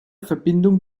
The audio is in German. verbindung